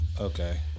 Okay